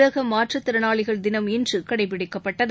உலக மாற்றுத்திறனாளிகள் தினம் இன்று கடைபிடிக்கப்பட்டது